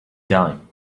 done